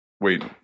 Wait